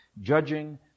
judging